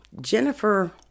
Jennifer